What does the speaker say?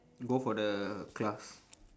go for the class